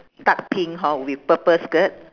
dark pink hor with purple skirt